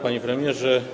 Panie Premierze!